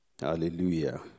Hallelujah